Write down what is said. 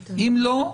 אם לא,